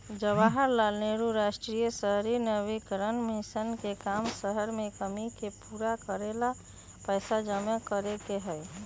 जवाहर लाल नेहरू राष्ट्रीय शहरी नवीकरण मिशन के काम शहर के कमी के पूरा करे ला पैसा जमा करे के हई